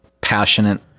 passionate